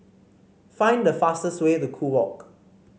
find the fastest way to Kew Walk